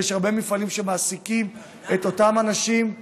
ויש הרבה מפעלים שמעסיקים את אותם אנשים,